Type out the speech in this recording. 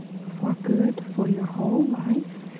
for good for your whole life?